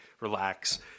relax